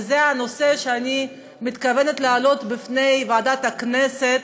וזה נושא שאני מתכוונת להעלות בפני ועדת הכנסת,